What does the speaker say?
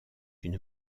une